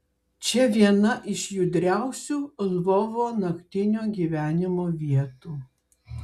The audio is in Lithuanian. čia viena iš judriausių lvovo naktinio gyvenimo vietų